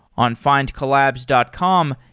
on findcollabs dot com,